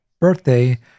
birthday